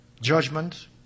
judgment